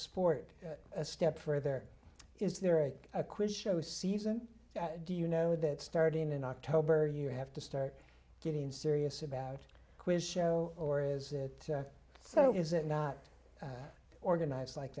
sport a step further is there a quiz show season do you know that starting in october you have to start getting serious about quiz show or is it so is it not organized like